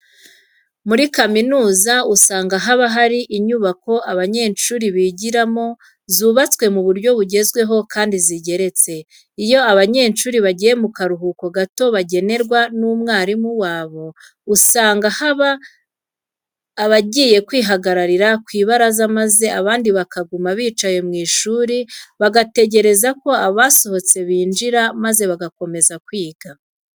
Muri kaminuza usanga haba hari inyubako abanyeshuri bigiramo zubatswe mu buryo bugezweho kandi zigeretse. Iyo abanyeshuri bagiye mu karuhuko gato bagenerwa n'umwarimu wabo, usanga hari abagiye kwihagararira ku ibaraza maze abandi bakaguma bicaye mu ishuri bategereje ko abasohotse binjira maze bagakomeza kwiga.